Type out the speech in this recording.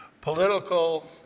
political